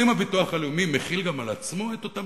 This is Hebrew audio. האם הביטוח הלאומי מחיל גם על עצמו את אותם